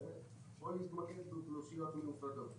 ישראל או להתמקד באוכלוסיות מיוחדות,